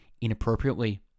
inappropriately